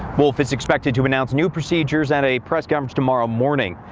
wolf is expected to announce new procedures at a press comes tomorrow morning.